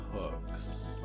hooks